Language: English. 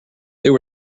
there